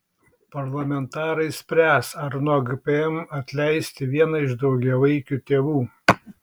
parlamentarai spręs ar nuo gpm atleisti vieną iš daugiavaikių tėvų